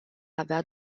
avea